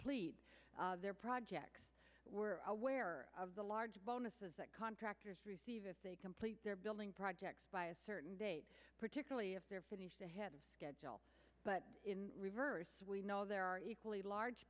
plead their projects were aware of the large bonuses that contractors receive if they complete their building projects by a certain date particularly if they're finished ahead of schedule but in reverse we know there are equally large